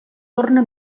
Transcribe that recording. torna